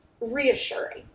reassuring